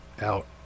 out